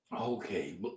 Okay